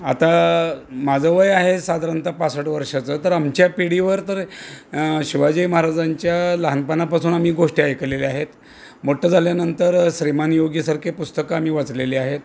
आता माझं वय आहे साधारणता पासष्ठ वर्षाचं तर आमच्या पिढीवर तर शिवाजी महाराजांच्या लहानपणापासून आम्ही गोष्टी ऐकलेल्या आहेत मोठं झाल्यानंतर श्रीमान योगीसारखे पुस्तकं आम्ही वाचलेले आहेत